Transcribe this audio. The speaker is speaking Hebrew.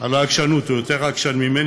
על העקשנות, הוא יותר עקשן ממני.